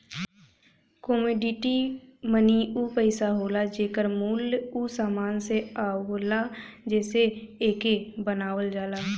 commodity money उ पइसा होला जेकर मूल्य उ समान से आवला जेसे एके बनावल जाला